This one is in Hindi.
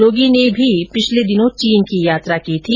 रोगी ने पिछले दिनों चीन की यात्रा की थी